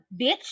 bitch